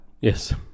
yes